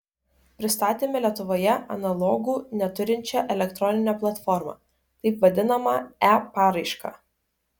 pristatėme lietuvoje analogų neturinčią elektroninę platformą taip vadinamą e paraišką